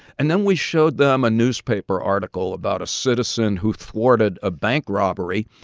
and then we showed them a newspaper article about a citizen who thwarted a bank robbery.